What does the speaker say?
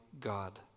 God